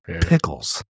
Pickles